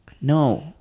No